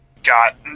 got